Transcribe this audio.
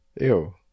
Ew